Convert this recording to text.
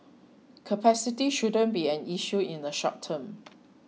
capacity shouldn't be an issue in a short term